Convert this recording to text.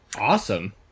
Awesome